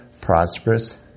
prosperous